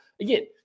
Again